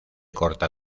corta